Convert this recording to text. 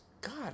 God